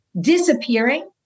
disappearing